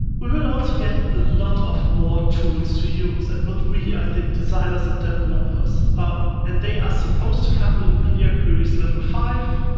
we will also get a lot of more tools to use and with we, i think designers and developers um and they are supposed to come in media queries level five,